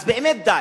אז באמת די,